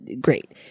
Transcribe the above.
great